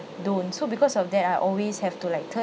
don't so because of that I always have to like turn